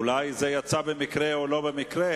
אולי זה יצא במקרה, או לא במקרה,